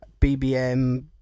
BBM